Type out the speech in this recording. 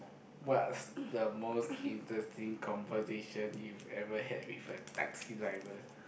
what's the most interesting conversation you've ever had with a taxi driver